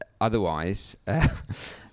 Otherwise